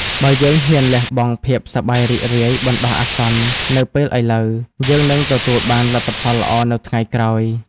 បើយើងហ៊ានលះបង់ភាពសប្បាយរីករាយបណ្ដោះអាសន្ននៅពេលឥឡូវ យើងនឹងទទួលបានផលល្អនៅថ្ងៃក្រោយ។